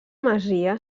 masia